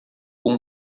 com